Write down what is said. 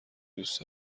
دوست